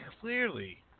clearly